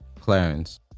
Clarence